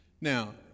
Now